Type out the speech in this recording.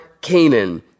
Canaan